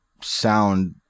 sound